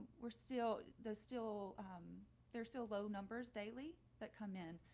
we're still there. still there are so low numbers daily that come in.